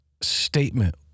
statement